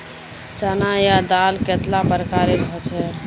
चना या दाल कतेला प्रकारेर होचे?